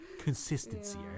Consistency